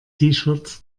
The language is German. shirt